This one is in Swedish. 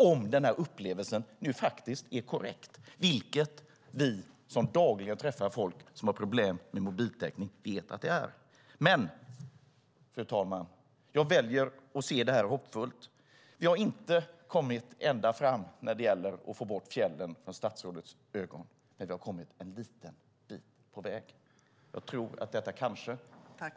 Om denna upplevelse nu är korrekt - vilket vi som dagligen träffar folk som har problem med mobiltäckning vet att den är. Men jag väljer, fru talman, att se det här hoppfullt. Vi har inte kommit ända fram när det gäller att få bort fjällen från statsrådets ögon, men vi har kommit en liten bit på vägen. Jag tror att detta kanske